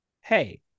hey